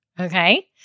Okay